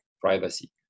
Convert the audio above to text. privacy